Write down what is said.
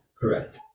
Correct